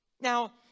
Now